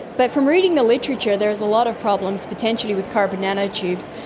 but from reading the literature there is a lot of problems potentially with carbon nano-tubes.